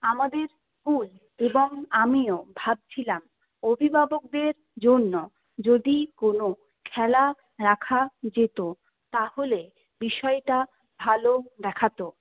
আমাদের স্কুল এবং আমিও ভাবছিলাম অভিভাবকদের জন্য যদি কোনো খেলা রাখা যেত তাহলে বিষয়টা ভালো দেখাতো